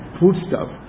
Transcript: foodstuff